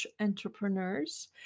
entrepreneurs